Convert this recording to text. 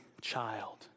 child